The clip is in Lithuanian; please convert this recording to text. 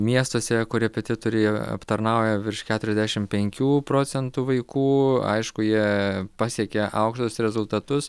miestuose korepetitoriai aptarnauja virš keturiasdešim penkių procentų vaikų aišku jie pasiekia aukštus rezultatus